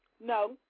No